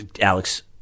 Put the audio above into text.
Alex